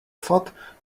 thought